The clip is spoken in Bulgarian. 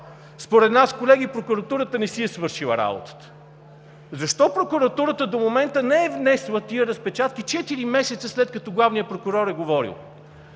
според нас, колеги, прокуратурата не си е свършила работата? Защо прокуратурата до момента не е внесла тези разпечатки четири месеца, след като главният прокурор е говорил?